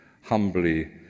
humbly